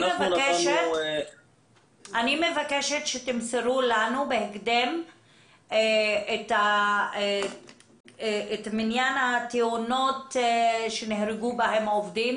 אני מבקשת שתמסרו לנו בהקדם את מניין התאונות שנהרגו בהם עובדים